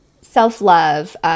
self-love